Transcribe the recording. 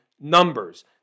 numbers